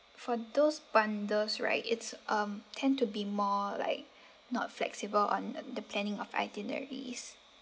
for those bundles right it's um tend to be more like not flexible on uh the planning of itineraries